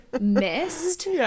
missed